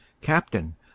Captain